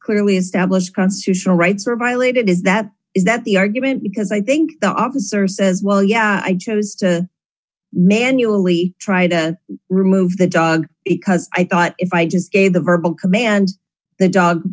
clearly established constitutional rights are violated is that is that the argument because i think the obvious or says well yeah i joe's to manually try to remove the dog it because i thought if i just a the verbal commands the dog